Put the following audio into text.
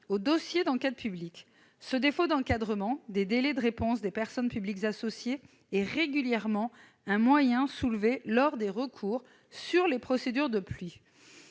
au dossier d'enquête publique. Ce défaut d'encadrement des délais de réponse des personnes publiques associées est un moyen régulièrement soulevé lors des recours sur les procédures de PLU,